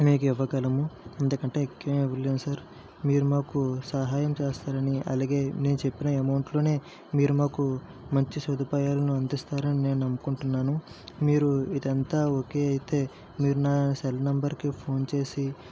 మీకు ఇవ్వగలము ఇంతకంటే ఎక్కువ ఏమీ ఇవ్వలేము సార్ మీరు మాకు సహాయం చేస్తారని అలాగే నేను చెప్పిన అమౌంట్లోనే మీరు మాకు మంచి సదుపాయాలను అందిస్తారని నేను అనుకుంటున్నాను మీరు ఇదంతా ఒకే అయితే మీరు నా సెల్ నెంబర్కి ఫోన్ చేసి